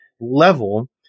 level